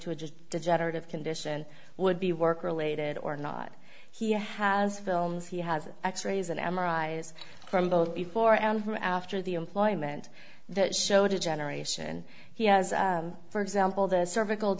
to a just degenerative condition would be work related or not he has films he has x rays and m r i s from both before and after the employment that show degeneration he has for example the cervical